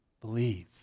believe